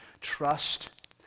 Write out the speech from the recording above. Trust